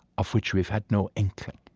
of which we've had no inkling